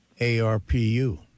ARPU